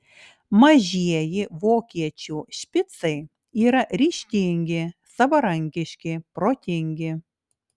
mažieji vokiečių špicai yra ryžtingi savarankiški protingi